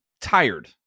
tired